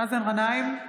לשתוק.